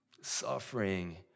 suffering